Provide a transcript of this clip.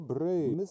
Brain